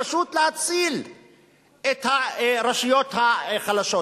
בוחבוט בוגד ברשויות המקומיות החלשות.